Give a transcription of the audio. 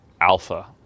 alpha